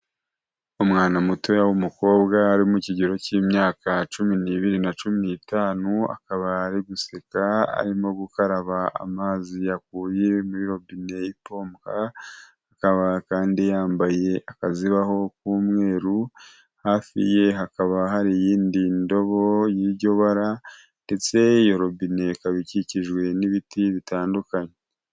Umwana muto w'umukobwa ari mu kigero cy'imyaka cumi n'ibiri na cumi n'itanu akaba ari guseka arimo gukaraba amazi yakuye muri robine ipopa akaba kandi yambaye akazibaho k'umweru hafi ye hakaba hari iyindi ndobo y'iryo bara ndetse iyo robine ikaba ikikijwe n'ibiti bitandukanye.